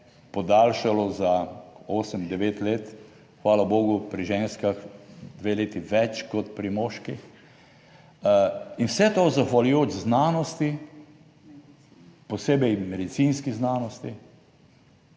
podaljšalo za 8, 9 let, hvala bogu, pri ženskah dve leti več kot pri moških in vse to zahvaljujoč znanosti, posebej medicinski znanosti,